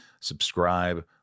Subscribe